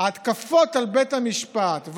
שההתקפות על בית המשפט,